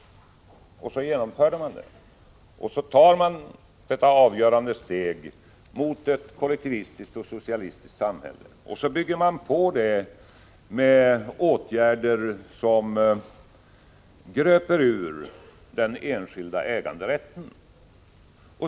Så genomförde man förslaget om löntagarfonder och tog detta avgörande steg mot ett kollektivistiskt och socialistiskt samhälle, och så bygger man på det med åtgärder som gröper ur den enskilda äganderätten.